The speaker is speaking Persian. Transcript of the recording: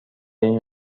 این